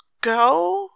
go